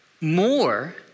more